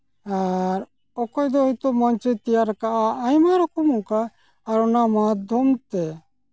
ᱟᱨ ᱚᱠᱚᱭ ᱫᱚ ᱦᱳᱭᱛᱳ ᱢᱚᱧᱪᱚᱭ ᱛᱮᱭᱟᱨᱟᱠᱟᱜᱼᱟ ᱟᱭᱢᱟ ᱨᱚᱠᱚᱢ ᱱᱚᱝᱠᱟ ᱟᱨ ᱚᱱᱟ ᱢᱟᱫᱽᱫᱷᱚᱢ ᱛᱮ